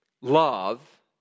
love